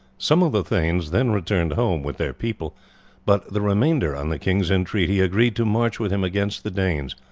some of the thanes then returned home with their people but the remainder, on the king's entreaty, agreed to march with him against the danes,